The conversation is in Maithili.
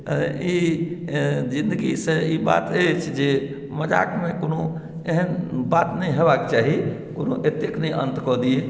ई जिन्दगीसँ ई बात अछि जे मजाकमे कोनो एहन बात नहि होयबाक चाही कोनो एतेक नहि अन्त कऽ दियै